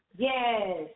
yes